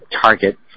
target